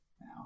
now